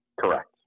Correct